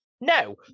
No